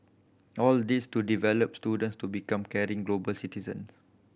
all this to develop students to become caring global citizens